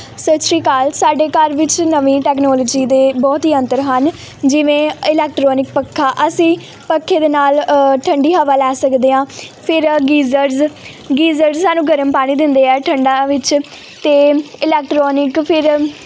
ਸਤਿ ਸ਼੍ਰੀ ਅਕਾਲ ਸਾਡੇ ਘਰ ਵਿੱਚ ਨਵੀਂ ਟੈਕਨੋਲੋਜੀ ਦੇ ਬਹੁਤ ਹੀ ਯੰਤਰ ਹਨ ਜਿਵੇਂ ਇਲੈਕਟਰੋਨਿਕ ਪੱਖਾ ਅਸੀਂ ਪੱਖੇ ਦੇ ਨਾਲ ਠੰਡੀ ਹਵਾ ਲੈ ਸਕਦੇ ਹਾਂ ਫਿਰ ਅ ਗੀਜ਼ਰਜ਼ ਗੀਜ਼ਰ ਸਾਨੂੰ ਗਰਮ ਪਾਣੀ ਦਿੰਦੇ ਆ ਠੰਡਾ ਵਿੱਚ ਅਸੀਂਤੇ ਇਲੈਕਟਰੋਨਿਕ ਫਿਰ